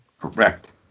Correct